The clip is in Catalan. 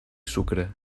sucre